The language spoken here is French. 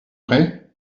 vrai